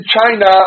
China